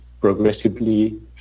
progressively